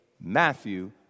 Matthew